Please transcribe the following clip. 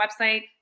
website